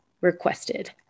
requested